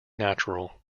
natural